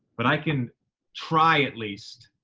but i can try at least,